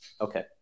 Okay